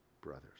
brothers